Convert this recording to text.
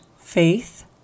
faith